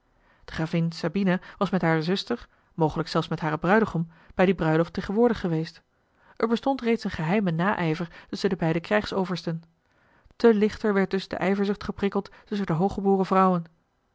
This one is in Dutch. de gravin sabina was met hare zuster mogelijk zelfs met haar bruidegom bij die bruiloft tegenwoordig geweest er bestond reeds een geheimen naijver tusschen de beide knjgsoversten te lichter werd dus de ijverzucht geprikkeld tusschen de hooggeboren vrouwen